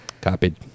Copied